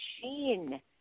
machine